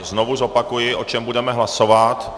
Znovu zopakuji, o čem budeme hlasovat.